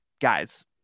guys